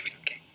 okay